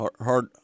Hard